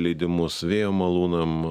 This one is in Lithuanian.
leidimus vėjo malūnam